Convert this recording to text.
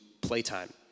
playtime